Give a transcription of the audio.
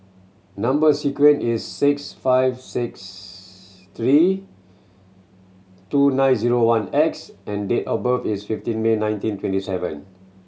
number sequence is six five six three two nine zero one X and date of birth is fifteen May nineteen twenty seven